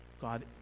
God